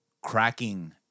cracking